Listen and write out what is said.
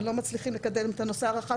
ולא מצליחים לקדם את הנושא הרחב,